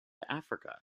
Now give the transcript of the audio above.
africa